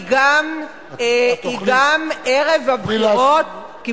יושבת-ראש האופוזיציה ערב הבחירות,